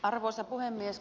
arvoisa puhemies